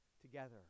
together